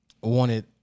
wanted